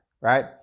right